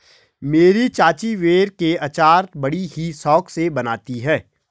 मेरी चाची बेर के अचार बड़ी ही शौक से बनाती है